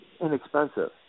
inexpensive